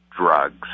drugs